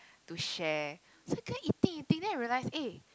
to share so we kept on eating eating then I realize eh